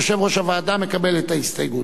יושב-ראש הוועדה מקבל את ההסתייגות.